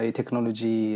technology